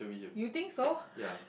you think so